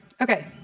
Okay